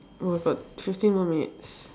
oh my god fifteen more minutes